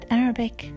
arabic